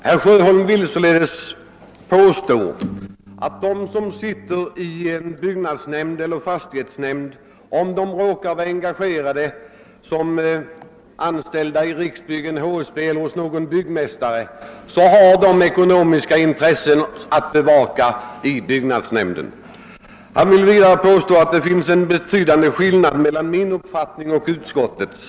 Herr talman! Herr Sjöholm vill således påstå att om de som sitter i byggnadsnämnd eller fastighetsnämnd råkar vara anställda eller på annat sätt engagerade i Riksbyggen eller HSB eller hos någon byggmästare, så har de ekonomiska intressen att bevaka i byggnadsnämnden. Han vill vidare påstå att det finns en betydande skillnad mellan min uppfattning och utskoitets.